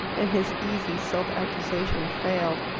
and his easy self-accusation failed.